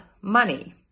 money